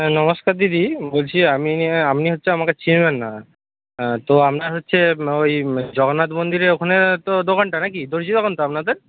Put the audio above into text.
হ্যাঁ নমস্কার দিদি বলছি আমি আপনি হচ্ছে আমাকে চিনবেন না তো আপনার হচ্ছে ওই জগন্নাথ মন্দিরের ওখানে তো দোকানটা নাকি দর্জি দোকান তো আপনাদের